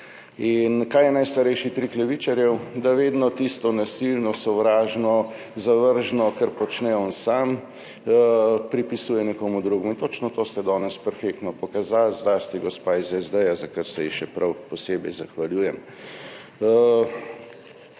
In kaj je najstarejši trik levičarjev? Da vedno tisto nasilno, sovražno, zavržno, kar počnejo oni sami, pripisujejo nekomu drugemu, in točno to ste danes perfektno pokazali, zlasti gospa iz SD, za kar se ji še prav posebej zahvaljujem.